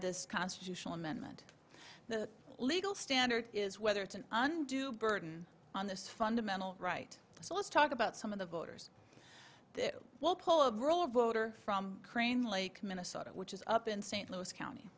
this constitutional amendment the legal standard is whether it's an undue burden on this fundamental right so let's talk about some of the voters well poll of rule of voter from crane lake minnesota which is up in st louis county